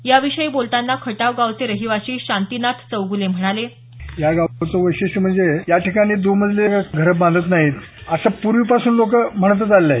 याविषयी बोलतांना खटाव गावचे रहिवासी शांतीनाथ चौगुले म्हणाले या गावचं वैशिष्ट म्हणजे या ठिकाणी द्मजली घरं बांधत नाहीत असं प्रवीपासून लोकं म्हणतच आलेले आहेत